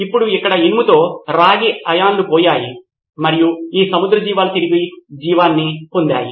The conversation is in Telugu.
ఇప్పుడు అక్కడ ఇనుముతో రాగి అయాన్లు పోయాయి మరియు ఆ సముద్ర జీవాలు తిరిగి జీవితాన్ని పొందాయి